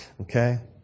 Okay